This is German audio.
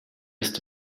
ist